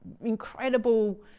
incredible